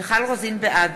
בעד